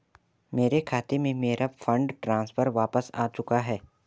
मेरे खाते में, मेरा फंड ट्रांसफर वापस आ चुका है